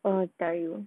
uh I tell you ah